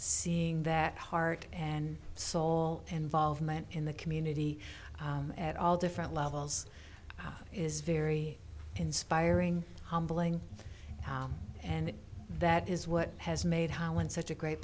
seeing that heart and soul involvement in the community at all different levels is very inspiring humbling and that is what has made holland such a great